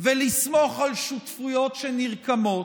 ולסמוך על שותפויות שנרקמות,